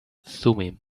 thummim